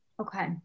Okay